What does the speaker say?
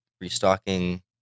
restocking